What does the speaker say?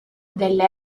delle